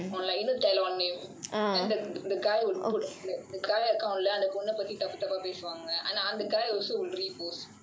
or you know tell on me then then the guy will put like the guy account அந்த பொண்ண பத்தி தப்பு தப்பா பேசுவாங்க:antha ponna pathi thappu thappaa pesuvaanga and the guy also will repost